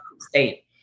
state